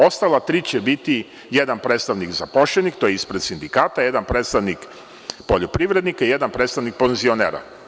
Ostala tri će biti - jedan predstavnik zaposlenih, to je ispred sindikata, jedan predstavnik poljoprivrednika, jedan predstavnik penzionera.